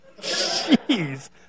Jeez